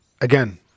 Again